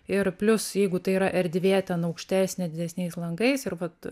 ir plius jeigu tai yra erdvė ten aukštesnė didesniais langais ir vat